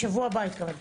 בשבוע הבא התכוונת.